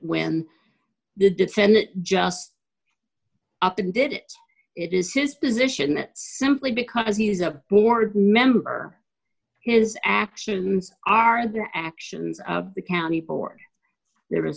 when the defendant just up and did it it is his position that simply because he is a board member or his actions are the actions of the county board there is